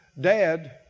dad